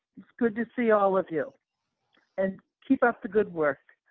it's good to see all of you and keep up the good work.